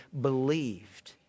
believed